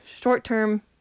short-term